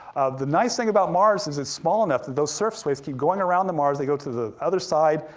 the nice thing about mars is it's small enough that those surface waves keep going around the mars, as they go to the other side,